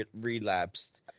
relapsed